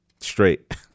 Straight